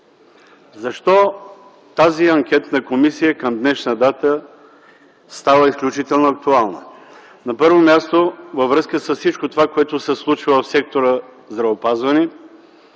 Защо тази анкетна комисия към тази дата става изключително актуална? На първо място, във връзка с всичко това, което се случва в сектора здравеопазване,